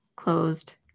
closed